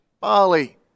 Bali